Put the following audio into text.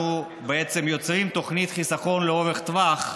אנחנו בעצם יוצרים תוכנית חיסכון לטווח ארוך,